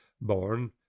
born